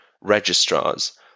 registrars